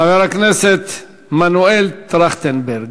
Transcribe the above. חבר הכנסת מנואל טרכטנברג.